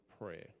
prayer